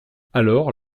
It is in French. alors